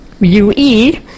U-E